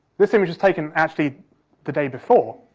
this image was taken actually the day before,